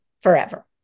forever